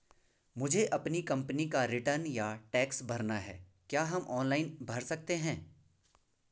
मुझे अपनी कंपनी का रिटर्न या टैक्स भरना है क्या हम ऑनलाइन भर सकते हैं?